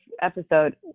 episode